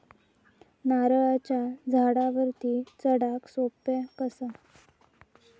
नारळाच्या झाडावरती चडाक सोप्या कसा?